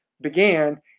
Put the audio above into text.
began